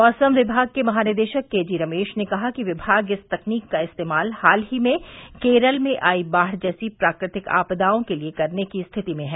मौसम विभाग के महानिदेशक केजी रमेश ने कहा कि विभाग इस तकनीक का इस्तेमाल हाल ही में केरल में आई बाढ़ जैसी प्राकृतिक आपदाओं के लिए करने की स्थिति में है